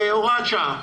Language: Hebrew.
הוראת שעה.